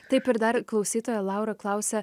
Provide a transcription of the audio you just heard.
taip ir dar klausytoja laura klausia